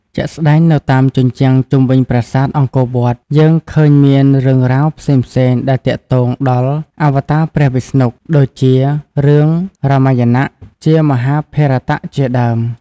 ជាក់ស្តែងនៅតាមជញ្ជាំងជុំវិញប្រាសាទអង្គវត្តយើងឃើញមានរឿងរ៉ាវផ្សេងដែលទាក់ទងដល់ អវតាព្រះវស្ណុ ដូចជារឿងរាមាយណៈ ជាមហាភារតៈជាដើម។